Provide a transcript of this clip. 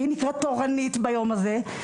שהיא נקראת תורנית ביום הזה,